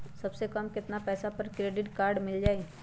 सबसे कम कतना पैसा पर क्रेडिट काड मिल जाई?